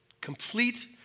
complete